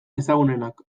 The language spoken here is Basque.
ezagunenak